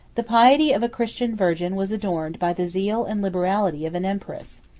the piety of a christian virgin was adorned by the zeal and liberality of an empress.